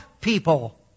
people